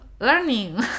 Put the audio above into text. Learning